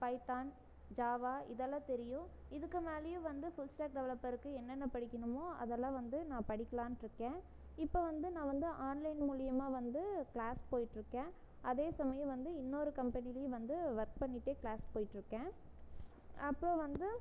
Python Java இதெல்லாம் தெரியும் இதுக்கு மேலேயும் வந்து ஃபுல் ஸ்டார்க் டெவலப்பருக்கு என்னென்ன படிக்கணுமோ அதெல்லாம் வந்து நான் படிக்கலாம்ன்னு இருக்கேன் இப்போ வந்து நான் வந்து ஆன்லைன் மூலயமா வந்து க்ளாஸ் போய்கிட்ருக்கேன் அதே சமயம் வந்து இன்னொரு கம்பெனிலேயும் வந்து ஒர்க் பண்ணிகிட்டே க்ளாஸ் போய்கிட்ருக்கேன் அப்புறம் வந்து